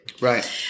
Right